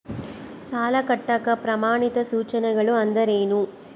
ಸಾಲ ಕಟ್ಟಾಕ ಪ್ರಮಾಣಿತ ಸೂಚನೆಗಳು ಅಂದರೇನು?